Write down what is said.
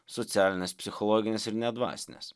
socialines psichologines ir net dvasines